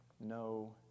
no